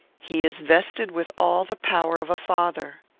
he is vested with all the power of a father.